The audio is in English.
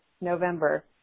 November